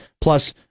plus